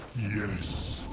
yes